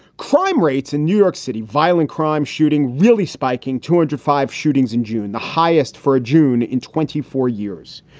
crime rates in new york city, violent crime shooting, really spiking two hundred and five shootings in june, the highest for june in twenty four years.